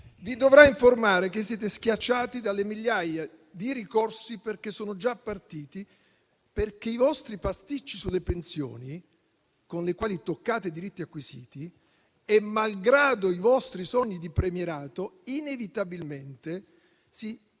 vi dovrà informare che siete schiacciati dalle migliaia di ricorsi già partiti, perché i vostri pasticci sulle pensioni con i quali toccate diritti acquisiti, e malgrado i vostri sogni di premierato, inevitabilmente si schianteranno